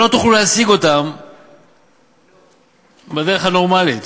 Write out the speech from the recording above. שלא תוכלו להשיג בדרך הנורמלית,